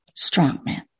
strongman